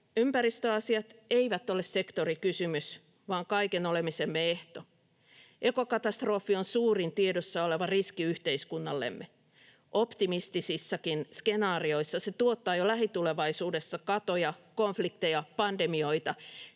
ympäristöasiat eivät ole sektorikysymys vaan kaiken olemisemme ehto. Ekokatastrofi on suurin tiedossa oleva riski yhteiskunnallemme. Optimistisissakin skenaarioissa se tuottaa jo lähitulevaisuudessa katoja, konflikteja, pandemioita